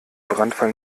brandfall